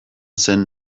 zen